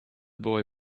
boy